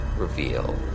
reveal